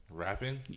rapping